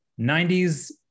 90s